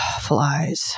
Flies